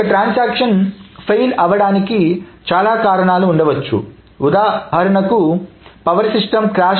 ఒక transaction fail అవ్వడానికి చాలా కారణాలు ఉండవచ్చు ఉదాహరణకు పవర్ సిస్టం క్రాష్